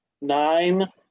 nine